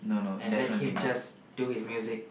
and let him just do his music